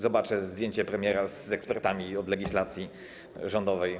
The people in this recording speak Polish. Zobaczę zdjęcie premiera z ekspertami od legislacji rządowej.